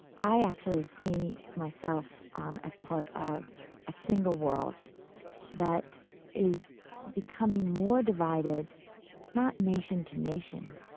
i actually see myself um as part of a single world that is becoming more divided not nation to nation,